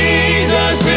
Jesus